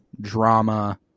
drama